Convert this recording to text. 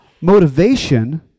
motivation